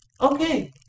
okay